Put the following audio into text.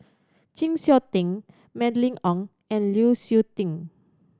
Chng Seok Tin Mylene Ong and Lu Suitin